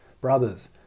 Brothers